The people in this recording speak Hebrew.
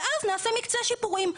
ואז נעשה מקצה שיפורים,